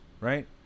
right